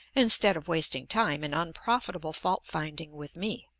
instead of wasting time in unprofitable fault-finding with me.